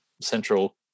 central